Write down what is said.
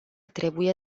trebuie